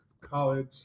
college